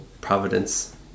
Providence